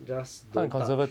just don't touch